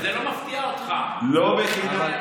זה לא מפתיע אותך, אדוני,